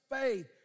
faith